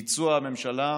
ביצוע הממשלה: